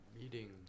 meeting